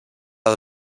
als